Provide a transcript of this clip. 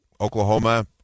Oklahoma